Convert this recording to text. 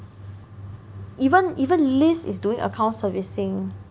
even even Liz is doing account servicing